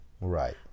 Right